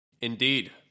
Indeed